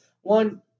One